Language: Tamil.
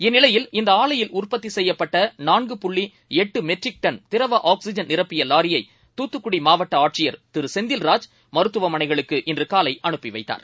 இந்நிலையில் இந்தஆலையில் உற்பத்திசெய்யப்பட்டநான்கு புள்ளிஎட்டுமெட்ரிக் டன் திரவஆக்சிஜன் நிரப்பியலாரியை செந்தில்ராஜ் தூத்துக்குடிமாவட்டஆட்சியர் திரு மருத்துவமனைகளுக்கு இன்றுகாலைஅனுப்பிவைத்தார்